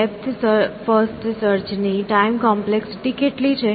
depth first search ની time complexity કેટલી છે